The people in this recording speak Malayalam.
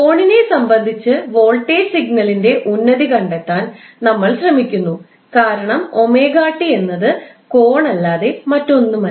കോണിനെ സംബന്ധിച്ച് വോൾട്ടേജ് സിഗ്നലിന്റെ ഉന്നതി കണ്ടെത്താൻ നമ്മൾ ശ്രമിക്കുന്നു കാരണം 𝜔𝑡 എന്നത് കോണല്ലാതെ മറ്റൊന്നുമല്ല